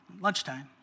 lunchtime